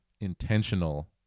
intentional